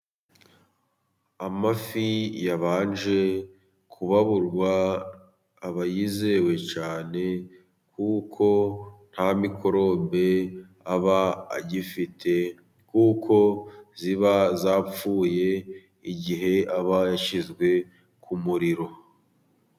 Amafi yabanje kubaburwa aba yizewe cyane kuko nta mikorobe aba agifite, kuko ziba zapfuye igihe aba yashyizwe ku muriro.